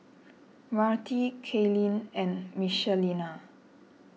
Myrtie Kaylen and Michelina